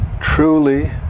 truly